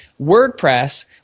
WordPress